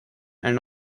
and